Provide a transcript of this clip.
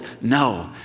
no